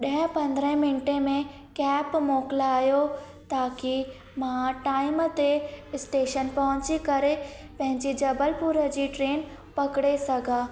ॾह पंद्रह मिंटे में कैब मोकिलायो ताकी मां टाइम ते स्टेशन पहुची करे पंहिंजे जबलपुर जी ट्रेन पकिड़े सघां